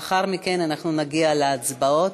ולאחר מכן נגיע להצבעות.